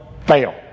fail